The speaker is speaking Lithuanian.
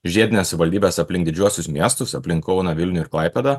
žiedines savivaldybes aplink didžiuosius miestus aplink kauną vilnių ir klaipėdą